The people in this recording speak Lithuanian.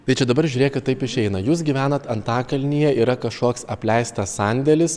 bet čia dabar žiūrėkit taip išeina jūs gyvenat antakalnyje yra kažkoks apleistas sandėlis